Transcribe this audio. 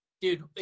Dude